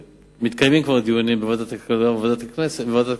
מתקיימים כבר דיונים בוועדת הכלכלה ובוועדת הכספים.